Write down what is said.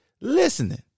listening